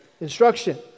instruction